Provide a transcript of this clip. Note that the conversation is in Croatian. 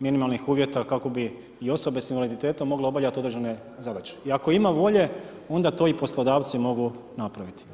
minimalnih uvjeta kako bi i osobe s invaliditetom mogle obavljat određene zadaće i ako ima volje, onda to i poslodavci mogu napraviti.